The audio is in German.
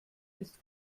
ist